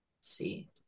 see